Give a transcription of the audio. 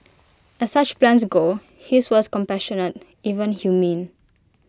as such plans go his was compassionate even humane